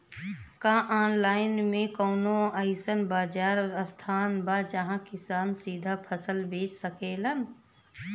का आनलाइन मे कौनो अइसन बाजार स्थान बा जहाँ किसान सीधा फसल बेच सकेलन?